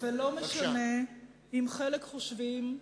ולא משנה אם חלק חושבים,